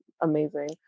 amazing